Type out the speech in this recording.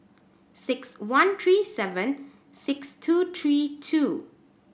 six one three seven six two three two